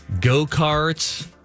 Go-karts